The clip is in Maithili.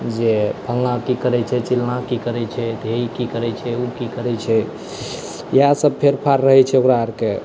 जे फलना की करै छै चिलना की करै छै तऽ ई की करै छै ओ की करै छै इएह सभ फेर फॉर रहै छै ओकरा आरके